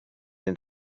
den